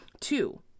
Two